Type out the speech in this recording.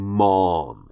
mom